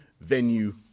venue